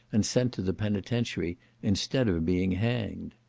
and sent to the penitentiary instead of being hanged.